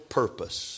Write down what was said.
purpose